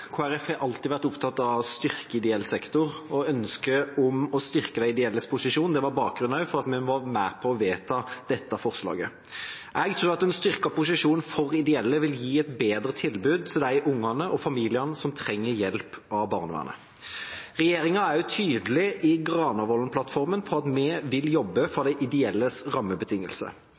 Folkeparti har alltid vært opptatt av å styrke ideell sektor, og ønsket om å styrke de ideelles posisjon var også bakgrunnen for at vi var med på å vedta dette forslaget. Jeg tror en styrket posisjon for ideelle vil gi et bedre tilbud til de barna og familiene som trenger hjelp av barnevernet. Regjeringen er også tydelig i Granavolden-plattformen på at vi vil jobbe for de ideelles rammebetingelser.